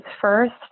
First